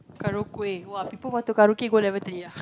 karaoke !wah! people want to karaoke go level three ah